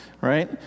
right